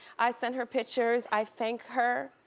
i send her pictures. i thank her.